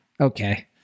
okay